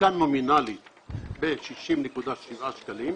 יעודכן נומינלית ב-60.7 שקלים,